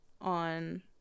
on